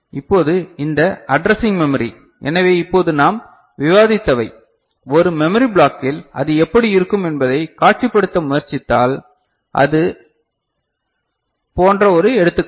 இப்போது இந்த addressing memory எனவே இப்போது நாம் விவாதித்தவை ஒரு மெமரி பிளாக்கில் அது எப்படி இருக்கும் என்பதைக் காட்சிப்படுத்த முயற்சித்தால் இது அது போன்ற ஒரு எடுத்துக்காட்டு